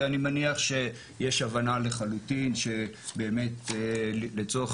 ואני מניח שיש הבנה לחלוטין שבאמת לצורך